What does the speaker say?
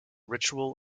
ritual